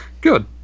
good